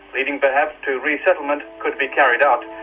leading perhaps to resettlement, could be carried out.